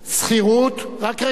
שכירות, רק רגע.